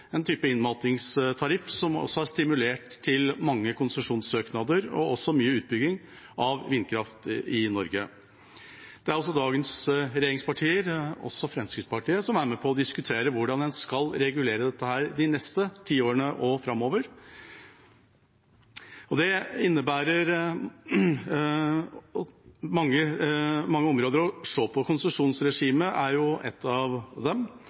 en ordning med grønne sertifikater, en slags innmatingstariff som har stimulert til mange konsesjonssøknader og mye utbygging av vindkraft i Norge. Det er dagens regjeringspartier og Fremskrittspartiet som er med på å diskutere hvordan en skal regulere dette de neste tiårene og framover. Det innebærer mange områder. Å se på konsesjonsregimet er et av dem.